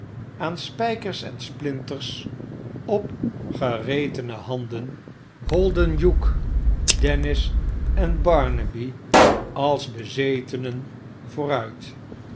aan spijkers en splinters opgeretene handen holden hugh dennis en barnaby als bezetenen vooruit